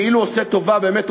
כאילו עושה טובה באמת,